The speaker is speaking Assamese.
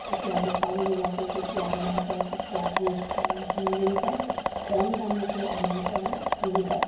এতিয়া বেপাৰীবিলাকে যেতিয়া আমাৰপৰা কুকুৰাবোৰ হাঁহবোৰ লৈ যায় কম দামতে আমাৰপৰা লৈ যায়